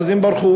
ואז הם ברחו.